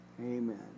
amen